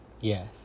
Yes